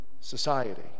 society